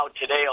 today